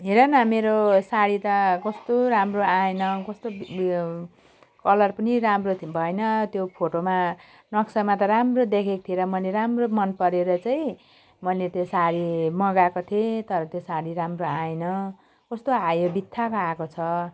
हेर न मेरो साडी त कस्तो राम्रो आएन कस्तो उयो कलर पनि राम्रो भएन त्यो फोटोमा नक्सामा त राम्रो देखेको थिएँ र मैले राम्रो मन परेर चाहिँ मैले त्यो साडी मगाएको थिएँ तर त्यो साडी राम्रो आएन कस्तो आयो बित्थामा आएको छ